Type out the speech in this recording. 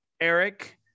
Eric